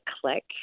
click